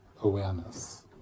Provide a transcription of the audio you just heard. awareness